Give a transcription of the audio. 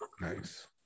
Nice